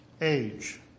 age